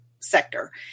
sector